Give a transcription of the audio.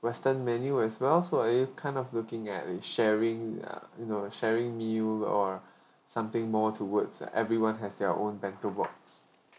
western menu as well so are you kind of looking like sharing uh you know sharing meal or something more towards everyone has their own bento box